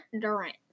Durant